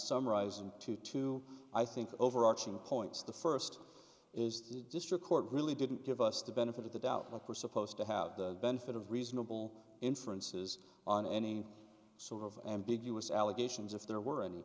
summarized and two two i think overarching points the first is the district court really didn't give us the benefit of the doubt look we're supposed to have the benefit of reasonable inferences on any sort of ambiguous allegations if there were any